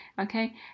okay